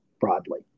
broadly